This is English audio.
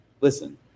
Listen